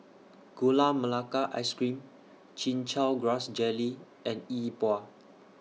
Gula Melaka Ice Cream Chin Chow Grass Jelly and Yi Bua